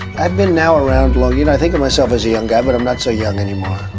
i've been now around long. you know, i think of myself as a young guy, but i'm not so young anymore.